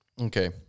Okay